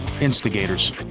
instigators